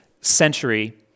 century